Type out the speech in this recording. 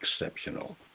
exceptional